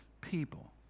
people